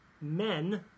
men